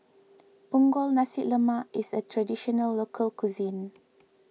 Punggol Nasi Lemak is a Traditional Local Cuisine